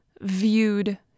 viewed